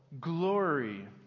glory